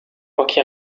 pochi